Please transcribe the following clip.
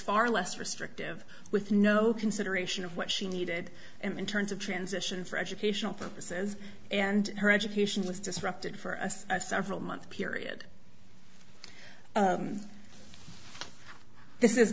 far less restrictive with no consideration of what she needed in terms of transition for educational purposes and her education was disrupted for a several month period